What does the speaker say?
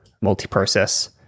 multi-process